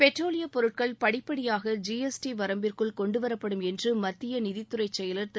பெட்ரோலியப் பொருட்கள் படிப்படியாக ஜிஎஸ்டி வரம்பிற்குள் கொண்டுவரப்படும் என்று மத்திய நிதித்துறை செயலர் திரு